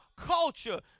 culture